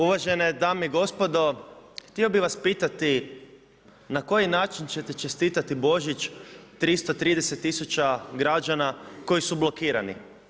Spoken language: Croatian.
Uvažene dame i gospodo, htio bih vas pitati na koji način ćete čestitati Božić 330 000 građana koji su blokirani?